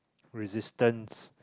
resistance